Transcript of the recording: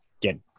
get